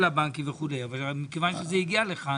הבנקים וכולי אבל מכיוון שזה הגיע לכאן,